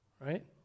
right